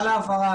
תודה על ההבהרה.